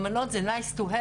האמנות זה יפה,